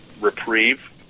reprieve